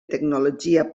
tecnologia